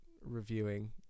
reviewing